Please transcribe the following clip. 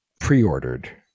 pre-ordered